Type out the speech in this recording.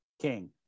king